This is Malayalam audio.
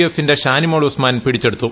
എഫിന്റെ ഷാനിമോൾ ഉസ്മാൻ പിടിച്ചെടുത്തു